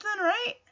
right